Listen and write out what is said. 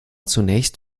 zunächst